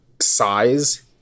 size